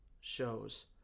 shows